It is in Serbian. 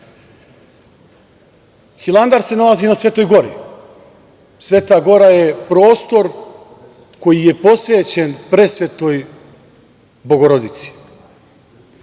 obratim. Hilandar se nalazi na Svetoj gori. Sveta gora je prostor koji je posvećen presvetoj Bogorodici.